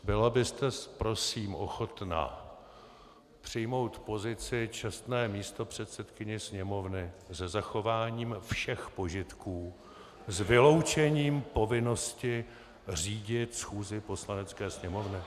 Byla byste prosím ochotna přijmout pozici čestné místopředsedkyně Sněmovny se zachováním všech požitků s vyloučením povinnosti řídit schůzi Poslanecké sněmovny? .